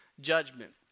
judgment